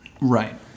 Right